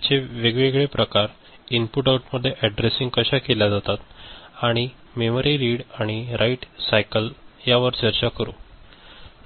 त्याचे वेगवेगळे प्रकार इनपुट आउटपुटमध्ये ऍडरेसिंग कशा केल्या जातात आणि मेमरी रीड आणि राइट सायकल यावर चर्चा करू